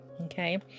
okay